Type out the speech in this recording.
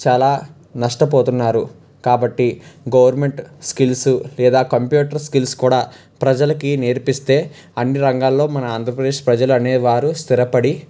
చాలా నష్టపోతున్నారు కాబట్టి గవర్నమెంట్ స్కిల్సు లేదా కంప్యూటర్ స్కిల్స్ కూడా ప్రజలకి నేర్పిస్తే అన్ని రంగాల్లో మన ఆంధ్రప్రదేశ్ ప్రజలు అనేవారు స్థిరపడి